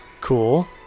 cool